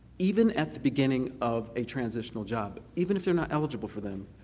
even at the beginning of a transitional job, even if they're not eligible for them,